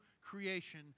creation